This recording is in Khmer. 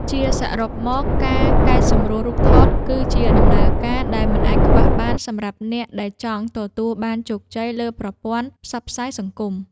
ជាសរុបមក ការកែសម្រួលរូបថតគឺជាដំណើរការដែលមិនអាចខ្វះបានសម្រាប់អ្នកដែលចង់ទទួលបានជោគជ័យលើប្រព័ន្ធផ្សព្វផ្សាយសង្គម។